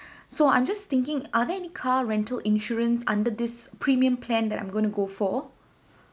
so I'm just thinking are there any car rental insurance under this premium plan that I'm gonna go for